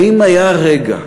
האם היה רגע,